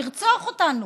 לרצוח אותנו.